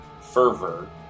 fervor